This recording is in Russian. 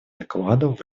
докладов